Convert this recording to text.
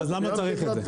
אז למה צריך את זה?